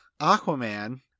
Aquaman